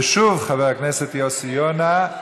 ושוב, חבר הכנסת יוסי יונה.